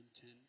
ten